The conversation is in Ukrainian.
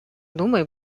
думай